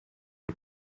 een